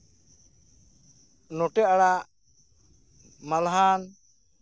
ᱱᱚᱴᱮ ᱟᱲᱟᱜ ᱢᱟᱞᱦᱟᱱ